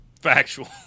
Factual